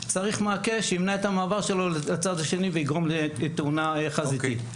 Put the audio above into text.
צריך מעקה שימנע את המעבר שלו לצד השני ויגרום לתאונה חזיתית.